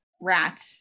rat